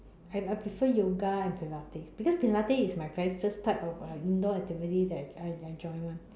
I I prefer yoga and Pilates because Pilates is my very first type of uh indoor activity that I I join [one]